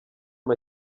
uko